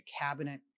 cabinet